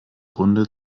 grunde